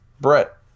Brett